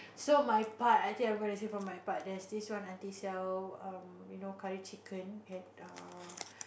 so my part I think I'm going to say for my part there's this one aunty sell um you know curry chicken and err